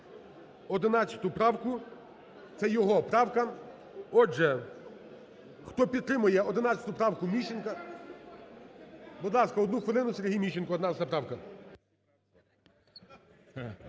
11 правку, це його правка. Отже, хто підтримує 11 правку, Міщенка… Будь ласка, одну хвилину Сергій Міщенко. 11 правка.